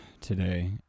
today